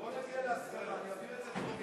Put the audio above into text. בואו נגיע להסכמה, אני אעביר את זה בטרומית